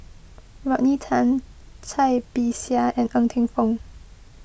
Rodney Tan Cai Bixia and Ng Teng Fong